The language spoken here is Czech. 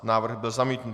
Návrh byl zamítnut.